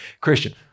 Christian